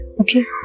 okay